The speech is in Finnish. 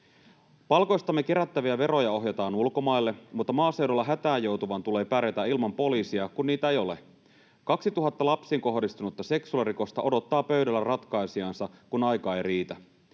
Palkoistamme kerättäviä veroja ohjataan ulkomaille, mutta maaseudulla hätään joutuvan tulee pärjätä ilman poliisia, kun poliiseja ei ole. 2 000 lapsiin kohdistunutta seksuaalirikosta odottaa pöydällä ratkaisijaansa, kun aika ei riitä.